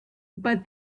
but